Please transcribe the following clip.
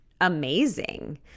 amazing